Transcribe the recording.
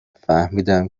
فهمیدم